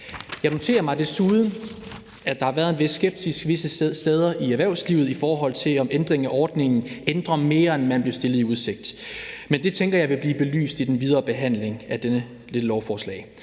Jeg noterer mig desuden, at der har været en vis skepsis visse steder i erhvervslivet, i forhold til om ændringen af ordningen ændrer mere, end man blev stillet i udsigt, men det tænker jeg vil blive belyst i den videre behandling af dette lovforslag.